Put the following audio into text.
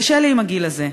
קשה לי עם הגיל הזה.